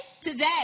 today